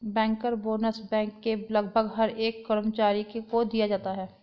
banker bonus bank के लगभग हर एक कर्मचारी को दिया जाता है